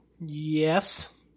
Yes